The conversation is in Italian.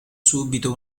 subito